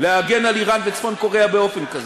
להגן על איראן וצפון-קוריאה באופן כזה.